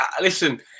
listen